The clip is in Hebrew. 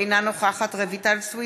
אינה נוכחת רויטל סויד,